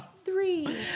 three